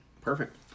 Perfect